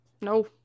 No